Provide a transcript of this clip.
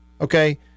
okay